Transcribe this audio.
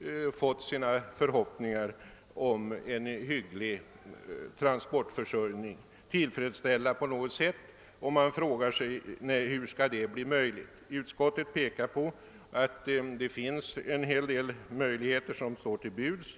har fått sina förhoppningar om en hygglig transportförsörjning tillfredsställda, och man frågar sig hur det skall bli möjligt. Utskottet framhåller att en hel del möjligheter står till buds.